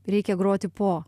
reikia groti po